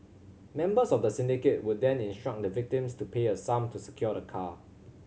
members of the syndicate would then instruct the victims to pay a sum to secure the car